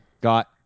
got